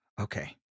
okay